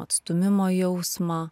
atstūmimo jausmą